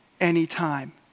anytime